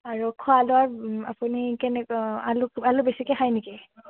আৰু খোৱা লোৱা আপুনি আলু বেছিকে খায় নেকি